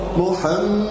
Muhammad